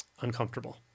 uncomfortable